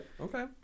Okay